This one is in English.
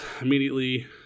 immediately